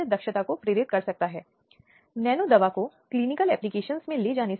तो वह एक व्यक्ति है जो बच्चे द्वारा जाना और विश्वसनीय है